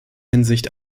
hinsicht